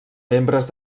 membres